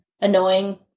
annoying